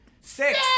Six